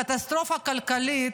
הקטסטרופה הכלכלית,